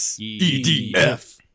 edf